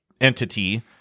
entity